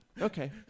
Okay